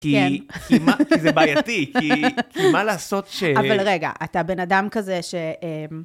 כי. כן. זה בעייתי, כי מה לעשות ש... אבל רגע, אתה בן אדם כזה ש...